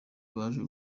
baje